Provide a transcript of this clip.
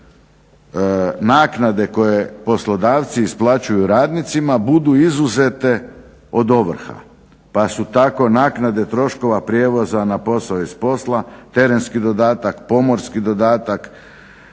naknade koje poslodavci isplaćuju radnicima budu izuzete od ovrha, pa su tako naknade troškova prijevoza na posao i s posla terenski dodatak, pomorski dodatak,